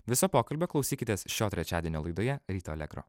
viso pokalbio klausykitės šio trečiadienio laidoje ryto alegro